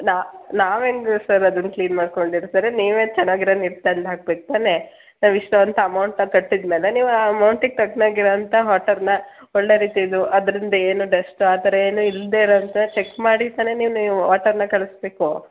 ನಾ ನಾವು ಹೇಗ್ ಸರ್ ಅದನ್ನು ಕ್ಲೀನ್ ಮಾಡ್ಕೊಂಡು ಇರ್ತಾರೆ ನೀವೇ ಚೆನ್ನಾಗಿರೋ ನೀರು ತಂದು ಹಾಕ್ಬೇಕು ತಾನೇ ನಾವು ಇಷ್ಟು ಅಂತ ಅಮೌಂಟನ್ನು ಕಟ್ಟಿದ ಮೇಲೆ ನೀವು ಆ ಅಮೌಂಟಿಗೆ ತಕ್ಹಾಗೆ ಇರೋಂಥ ವಾಟರನ್ನು ಒಳ್ಳೆಯ ರೀತಿದು ಅದರಿಂದ ಏನು ಡಸ್ಟು ಆ ಥರ ಏನೂ ಇಲ್ಲದೇ ಇರೋಂಥ ಚೆಕ್ ಮಾಡಿ ತಾನೇ ನೀವು ನೀವು ವಾಟರನ್ನು ಕಳಿಸ್ಬೇಕು